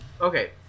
okay